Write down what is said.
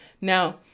Now